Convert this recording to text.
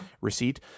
receipt